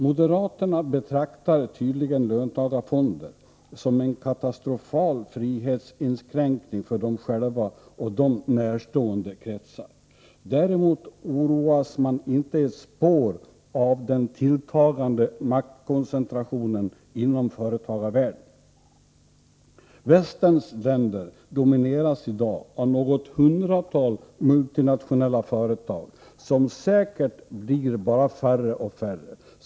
Moderaterna betraktar tydligen löntagarfonder som en katastrofal frihetsinskränkning för dem själva och dem närstående kretsar. Däremot oroas man inte ett spår av den tilltagande maktkoncentrationen inom företagarvärlden. Västerns länder domineras i dag av något hundratal multinationella företag, som säkert blir bara färre och färre.